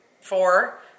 four